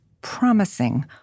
promising